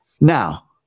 Now